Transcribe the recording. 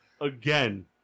again